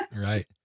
Right